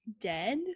dead